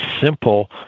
simple